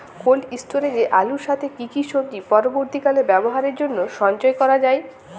Cold স্টোরেজে আলুর সাথে কি কি সবজি পরবর্তীকালে ব্যবহারের জন্য সঞ্চয় করা যায়?